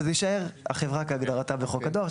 והחברה תישאר כהגדרתה בחוק הדואר,